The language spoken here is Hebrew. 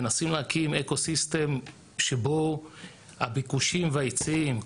מנסים להקים אקו סיסטם שבו הביקושים וההיצעים,